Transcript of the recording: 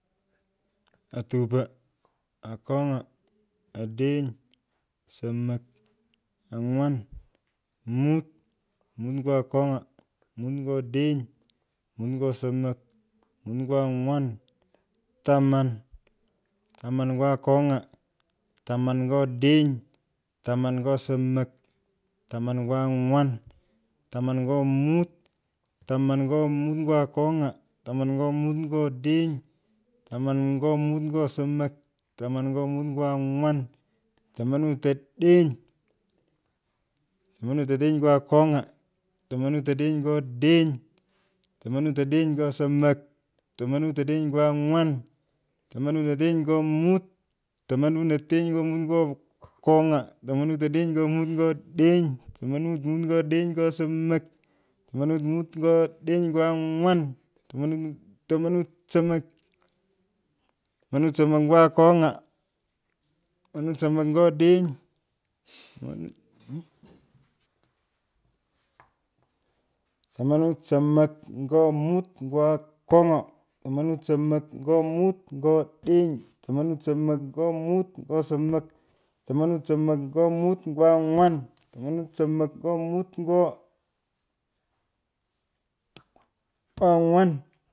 Atupe akong’a. odeny. somok. anywan. mut. mut ngo akong’a. mut nye odeny. mut nyo somok. mut ngo anywan. Taman. Taman nyo akomg’a. Taman nyo odeny. tamany nyo somok. taman nyo anywan. taman nyo mut nyo adeny. taman nyo mut nyo somok. taman nyo mut nyo anywan. tomanut odeny tamonutg odeny nyo akony’a. tamnut odeny ngo odeny. tamanut odeny nya somok. tamanut odeny nyo anywan tamanut odeny nyo mut. tumanut ateny nyo mut nyo akong’a. tamunui odeny nyo mut nya odeny. tamanut odeny nyo mut nyo somok. tamanut odeny nyo mut nyo anywan. tamanut. tamanut. somok. Tomanut somok nyo akong’a. tamanut somok nyo odeny. tamanut somak nye somok. tamanut somok nyo angwan. tamanut somok nyo. ut nyo okong’a. tamanut somok nyo mut nyo odeny. tamanut somok nyo mut nye somok. tamanut somok nyo mut nyo angwan tumanut somok nyo mut nyo nyo anywan.